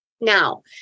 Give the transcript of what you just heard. Now